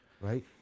right